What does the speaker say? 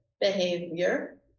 behavior